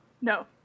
No